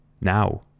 Now